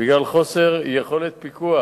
בגלל חוסר יכולת פיקוח